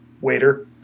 waiter